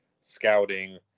scouting